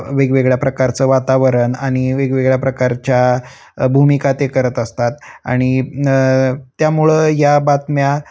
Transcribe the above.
वेगवेगळ्या प्रकारचं वातावरण आणि वेगवेगळ्या प्रकारच्या भूमिका ते करत असतात आणि त्यामुळं या बातम्या